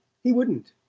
he wouldn't.